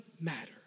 matter